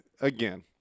again